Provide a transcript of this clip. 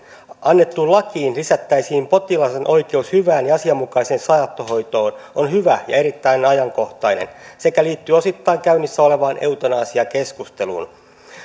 annettuun lakiin lisättäisiin potilaan oikeus hyvään ja asianmukaiseen saattohoitoon on hyvä ja erittäin ajankohtainen sekä liittyy osittain käynnissä olevaan eutanasiakeskusteluun